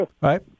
Right